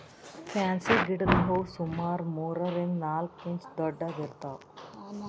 fancy ಗಿಡದ್ ಹೂವಾ ಸುಮಾರ್ ಮೂರರಿಂದ್ ನಾಲ್ಕ್ ಇಂಚ್ ದೊಡ್ಡದ್ ಇರ್ತವ್